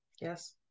Yes